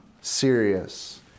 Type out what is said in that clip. serious